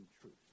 truth